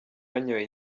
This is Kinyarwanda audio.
yanyoye